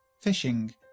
fishing